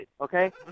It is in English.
okay